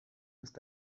ist